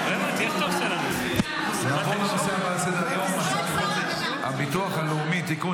ונעבור לנושא הבא על סדר-היום הצעת חוק הביטוח הלאומי (תיקון,